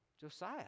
Josiah